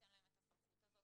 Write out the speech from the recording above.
שניתן להם את הסמכות הזו.